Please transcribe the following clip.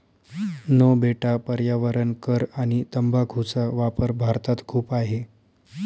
no बेटा पर्यावरण कर आणि तंबाखूचा वापर भारतात खूप आहे